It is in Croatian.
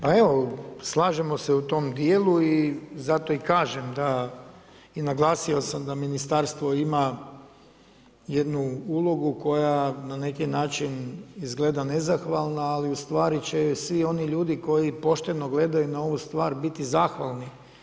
Pa evo slažemo se u tom djelu i zato i kažem da i naglasio sam da ministarstvo ima jednu ulogu koja na neki način izgleda nezahvalna ali ustvari će svi oni ljudi koji pošteno gledaju na ovu stvar biti zahvalni.